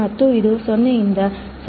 ಮತ್ತು ಇದು 0 ರಿಂದ 0